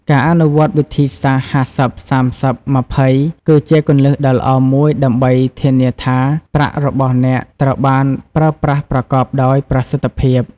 ការអនុវត្តតាមវិធីសាស្ត្រ ៥០/៣០/២០ គឺជាគន្លឹះដ៏ល្អមួយដើម្បីធានាថាប្រាក់របស់អ្នកត្រូវបានប្រើប្រាស់ប្រកបដោយប្រសិទ្ធភាព។